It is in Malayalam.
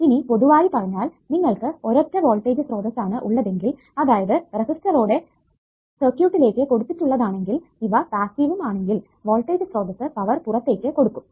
ഇനി പൊതുവായി പറഞ്ഞാൽ നിങ്ങൾക്ക് ഒരൊറ്റ വോൾടേജ് സ്രോതസ്സ് ആണ് ഉള്ളതെങ്കിൽ അതായത് റെസിസ്റ്ററോടെ സർക്യൂട്ടിലേക്ക് കൊടുത്തിട്ടുള്ളതാണെങ്കിൽ ഇവ പാസ്സിവും ആണെങ്കിൽ വോൾടേജ് സ്രോതസ്സ് പവർ പുറത്തേക്ക് കൊടുക്കും